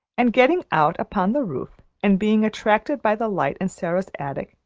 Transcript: and getting out upon the roof, and being attracted by the light in sara's attic,